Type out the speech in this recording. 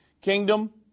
Kingdom